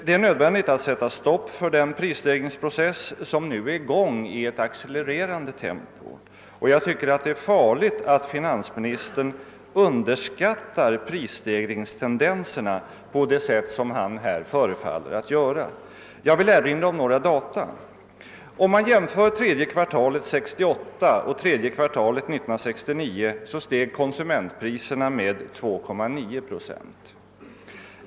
Det är nödvändigt att sätta stopp för den prisstegringsprocess som nu fortgår i ett accelererande tempo, och jag tycker att det är farligt att finansministern underskattar prisstegringstendenserna på det sätt som han här förefaller att göra. Jag vill erinra om några data. Om man jämför tredje kvartalet 1968 med tredje kvartalet 1969, finner man att konsumentpriserna stigit med 2,9 procent.